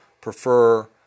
prefer